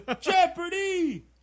jeopardy